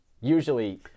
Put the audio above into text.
usually